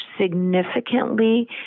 significantly